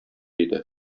иде